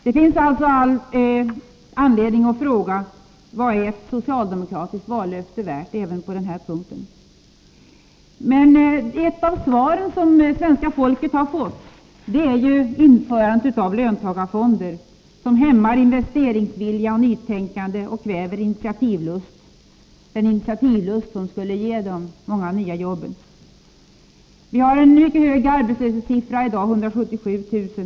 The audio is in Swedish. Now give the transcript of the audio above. Det finns alltså all anledning att nu fråga: Vad är ett socialdemokratiskt vallöfte värt? Ett av svaren som svenska folket har fått är införandet av löntagarfonder, som hämmar investeringsvilja och nytänkande och som kväver den initiativlust, som ger nya jobb. Vi har en mycket hög arbetslöshetssiffra i dag — 177 000.